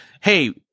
hey